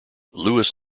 lewis